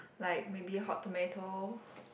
like maybe Hot Tomato